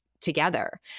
together